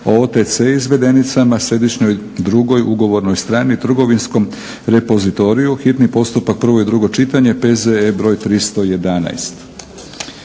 o OTC izvedenicama, središnjoj drugoj ugovornoj strani i trgovinskom repozitoriju, hitni postupak, prvo i drugo čitanje, P.Z.E. br. 311.